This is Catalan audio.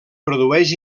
produeix